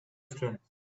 strengths